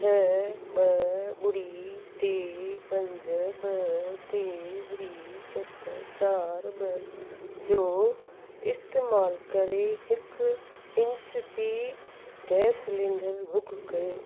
छह ॿ ॿुड़ी टे पंज ॿ टे ॿुड़ी सत चार ॿ जो इस्तेमालु करे हिक HP gas cylinder book कयो